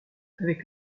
avec